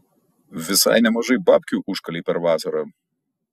visai nemažai babkių užkalei per vasarą